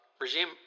regime